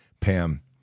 Pam